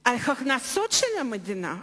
על ההכנסות של המדינה.